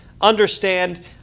understand